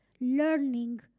learning